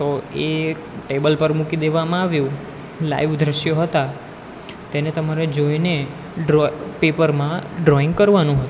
તો એ એક ટેબલ પર મૂકી દેવામાં આવ્યું લાઈવ દૃશ્યો હતા તેને તમારે જોઈને ડ્રો પેપરમાં ડ્રોઈંગ કરવાનું હતું